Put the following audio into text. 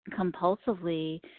compulsively